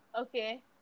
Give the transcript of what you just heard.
Okay